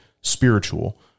spiritual